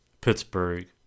Pittsburgh